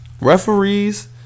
Referees